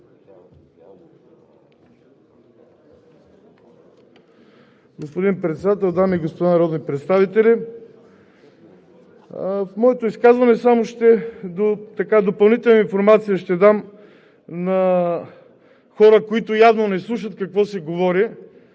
Господин Председател, дами и господа народни представители! В моето изказване ще дам допълнителна информация на хора, които явно не слушат какво се говори,